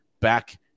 back